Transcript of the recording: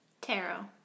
Tarot